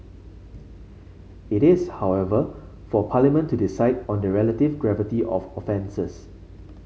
it is however for Parliament to decide on the relative gravity of offences